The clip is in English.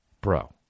bro